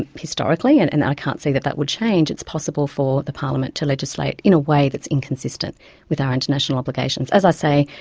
ah historically and and i can't see that that would change, it's possible for the parliament to legislate in a way that's inconsistent with our international obligations. as i say,